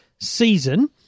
season